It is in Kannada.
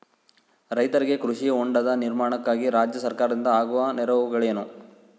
ರೈತರಿಗೆ ಕೃಷಿ ಹೊಂಡದ ನಿರ್ಮಾಣಕ್ಕಾಗಿ ರಾಜ್ಯ ಸರ್ಕಾರದಿಂದ ಆಗುವ ನೆರವುಗಳೇನು?